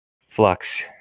Flux